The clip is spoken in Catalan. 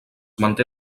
manté